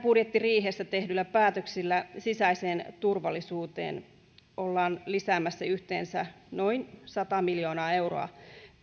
budjettiriihessä tehdyillä päätöksillä sisäiseen turvallisuuteen ollaan lisäämässä yhteensä noin sata miljoonaa euroa